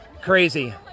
crazy